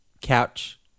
Couch